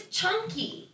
Chunky